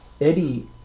Eddie